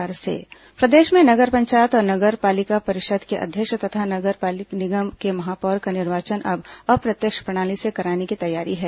नगरीय निकाय चुनाव प्रदेश में नगर पंचायत और नगर पालिका परिषद के अध्यक्ष तथा नगर पालिक निगम के महापौर का निर्वाचन अब अप्रत्यक्ष प्रणाली से कराने की तैयारी है